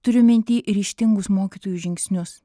turiu minty ryžtingus mokytojų žingsnius